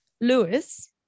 Lewis